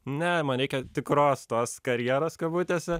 ne man reikia tikros tos karjeros kabutėse